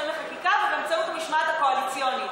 לחקיקה ובאמצעות המשמעת הקואליציונית.